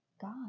God